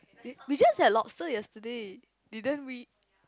we we just had lobster yesterday didn't we